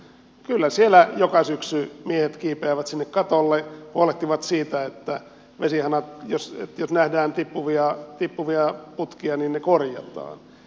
kyllä siellä joka syksy miehet kiipeävät sinne katolle huolehtivat siitä että jos nähdään tippuvia putkia niin ne korjataan